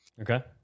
Okay